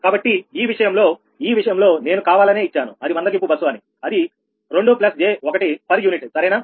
కాబట్టి ఈ విషయంలో ఈ విషయంలో నేను కావాలనే ఇచ్చాను అది మందగింపు బస్సు అని అది 2 j1పర్ యూనిట్ సరేనా